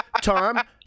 Tom